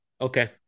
Okay